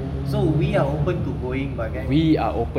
we are open to going but then